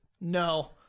No